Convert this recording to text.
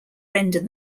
render